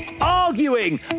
arguing